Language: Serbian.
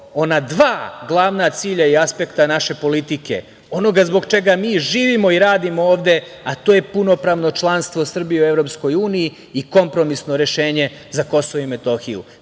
ona dva glavna cilja i aspekta naše politike, onoga zbog čega mi živimo i radimo ovde, a to je punopravno članstvo Srbije u EU i kompromisno rešenje za KiM.